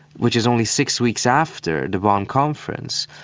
which is only six weeks after the bonn conference,